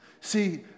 See